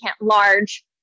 large